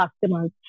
customers